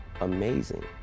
amazing